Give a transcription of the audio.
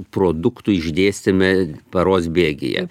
produktų išdėstyme paros bėgyje